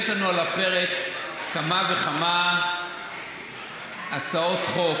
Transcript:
יש לנו על הפרק כמה וכמה הצעות חוק